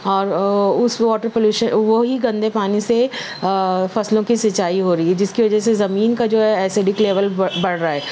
اور اس water pollution وہی گندے پانی سے فصلوں کی سنچائی ہو رہی ہے جس کے وجہ سے زمین کا جو ہے ایسیڈک لیول بڑھ رہا ہے